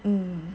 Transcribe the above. hmm